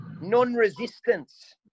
non-resistance